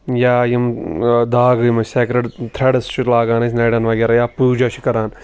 یا یِم داغ یِم أسۍ سیکرٕڈ تھرٛیڈٕس چھِ لاگان أسۍ نَرٮ۪ن وغیرہ یا پوٗجا چھِ کَران